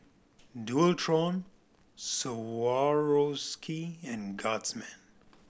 Dualtron Swarovski and Guardsman